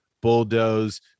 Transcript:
bulldoze